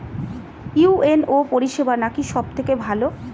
UNO পরিসেবা নাকি সব থেকে ভালো?